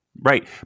right